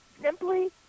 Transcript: simply